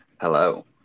Hello